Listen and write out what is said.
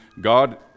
God